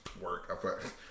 work